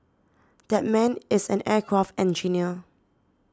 that man is an aircraft engineer